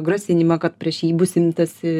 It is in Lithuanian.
grasinimą kad prieš jį bus imtasi